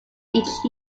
each